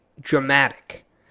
dramatic